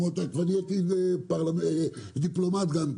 דיפלומטיה.